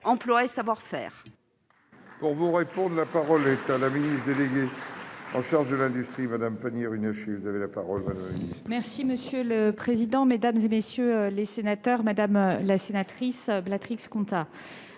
emploi et savoir-faire